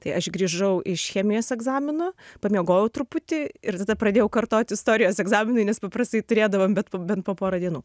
tai aš grįžau iš chemijos egzamino pamiegojau truputį ir tada pradėjau kartot istorijos egzaminui nes paprastai turėdavom bet bent po porą dienų